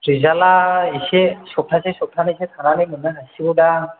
रिजाल्तआ इसे सबथासे सबथानैसो थानानै मोननो हासिगौ दां